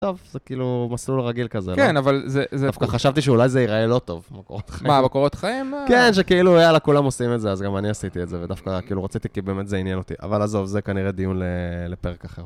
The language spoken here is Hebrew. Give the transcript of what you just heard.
טוב, זה כאילו מסלול רגיל כזה, לא? כן, אבל זה... דווקא חשבתי שאולי זה ייראה לא טוב בקורות חיים. מה, בקורות חיים? כן, שכאילו, יאללה, כולם עושים את זה, אז גם אני עשיתי את זה, ודווקא כאילו רציתי כי באמת זה עניין אותי. אבל עזוב, זה כנראה דיון לפרק אחר.